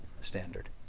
standard